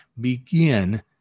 begin